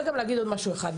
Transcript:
להגיד עוד משהו אחד.